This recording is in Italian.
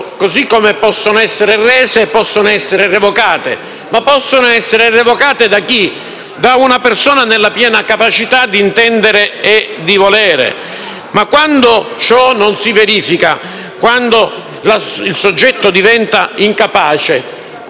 così come possono essere rese, possono essere revocate, ma possono essere revocate da una persona nella piena capacità di intendere e di volere. Quando ciò non si verifica, quando il soggetto diventa incapace,